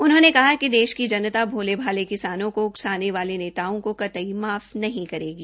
उन्होंने कहा कि देश की जनता भोले भाले किसानों को उकसाने वाले नेताओं को कतई माफ नहीं करेगी